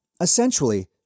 essentially